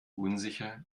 unsicher